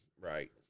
Right